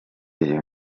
iyi